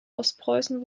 ostpreußen